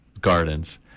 gardens